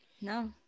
no